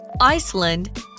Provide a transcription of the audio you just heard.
Iceland